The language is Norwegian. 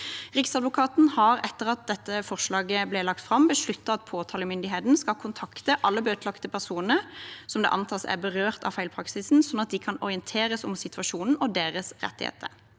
Riksadvokaten har, etter at dette forslaget ble lagt fram, besluttet at påtalemyndigheten skal kontakte alle bøtelagte personer som antas å være berørt av feilpraksisen, slik at de kan orienteres om situasjonen og deres rettigheter.